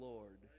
Lord